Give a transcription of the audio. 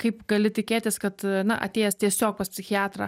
kaip gali tikėtis kad na atėjęs tiesiog pas psichiatrą